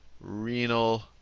renal